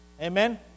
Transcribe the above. Amen